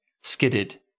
skidded